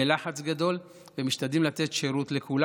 בלחץ גדול, ומשתדלים לתת שירות לכולם.